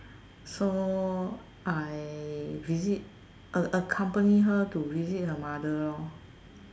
so I visit a~ accompany her to visit her mother lor